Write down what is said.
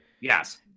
Yes